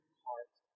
heart